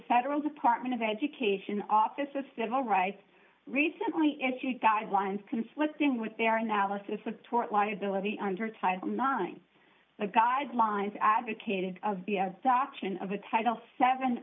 federal department of education office of civil rights recently if you guidelines conflicting with their analysis of tort liability under title nine the guidelines advocated of the adoption of the title seven